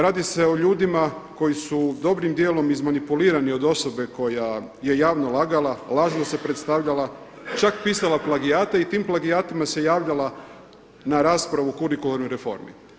Radi se o ljudima koji su dobrim dijelom izmanipulirani od osobe koja je javno lagala, lažno se predstavljala, čak pisala plagijate i tim plagijatima se javljala na raspravu o kurikularnoj reformi.